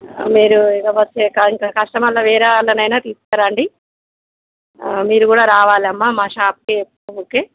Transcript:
మీరు ఇకపోతే ఇంకా కస్టమర్లు వేరే వాళ్ళనయినా తీసుకరండి మీరు కూడా రావాలమ్మా మా షాప్కి ఊరికే